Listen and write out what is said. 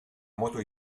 moto